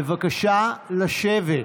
בבקשה לשבת.